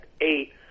eight